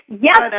Yes